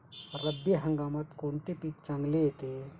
रब्बी हंगामात कोणते पीक चांगले येते?